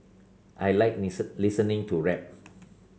I like listening to rap